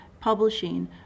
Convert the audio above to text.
publishing